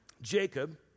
Jacob